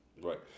Right